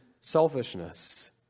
selfishness